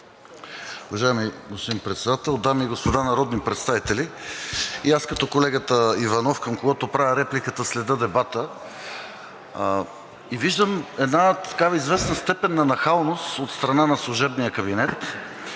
Уважаеми господин Председател, дами и господа народни представители! И аз като колегата Иванов, към когото правя репликата, следя дебата и виждам една известна степен на нахалност от страна на служебния кабинет.